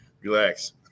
Relax